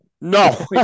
No